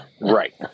Right